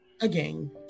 again